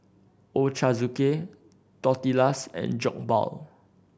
Ochazuke Tortillas and Jokbal